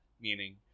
meaning